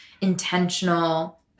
intentional